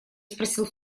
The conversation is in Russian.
спросил